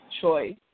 choice